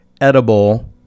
edible